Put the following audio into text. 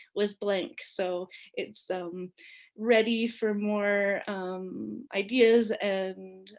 was blank. so it's um ready for more ideas and